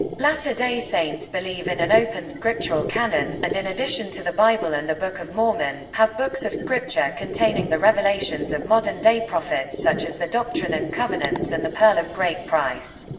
latter-day saints believe in an open scriptural canon, and in addition to the bible and the book of mormon, have books of scripture containing the revelations of modern-day prophets such as the doctrine and covenants and the pearl of great price.